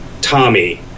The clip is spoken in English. Tommy